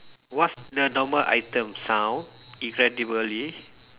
what's the normal item sound incredibly